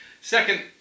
Second